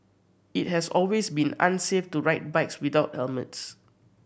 it has always been unsafe to ride bikes without helmets